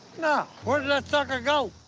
yeah where did that sucker go?